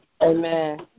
Amen